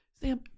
Sam